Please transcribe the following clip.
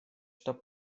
что